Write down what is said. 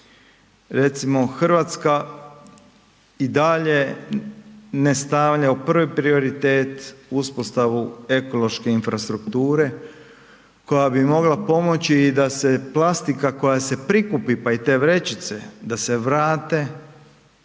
Recimo Hrvatska i dalje ne stavlja u prvi prioritet uspostavu ekološke infrastrukture koja bi mogla pomoći i da se plastika koja se prikupi pa i te vrećice, da se vrate